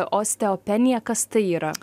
osteopenija kas tai yra